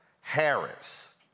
Harris